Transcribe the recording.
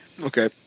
Okay